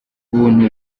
buntu